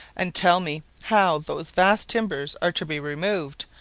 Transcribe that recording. and tell me how those vast timbers are to be removed,